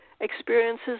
experiences